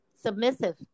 submissive